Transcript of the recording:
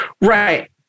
Right